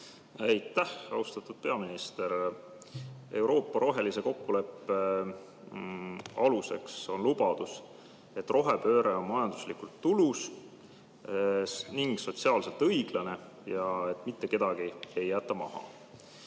Aitäh! Austatud peaminister! Euroopa rohelise kokkuleppe aluseks on lubadus, et rohepööre on majanduslikult tulus ning sotsiaalselt õiglane ja et mitte kedagi ei jäeta maha.